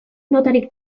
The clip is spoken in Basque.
notarik